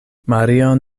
mario